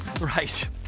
Right